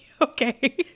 Okay